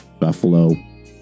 Buffalo